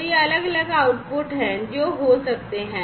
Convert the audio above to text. तो ये अलग अलग आउटपुट हैं जो हो सकते हैं